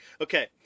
Okay